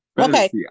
Okay